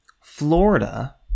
Florida